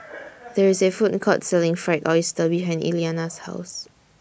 There IS A Food Court Selling Fried Oyster behind Eliana's House